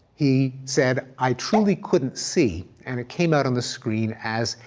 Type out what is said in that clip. he said, i truly couldn't see, and it came out on the screen as,